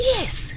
Yes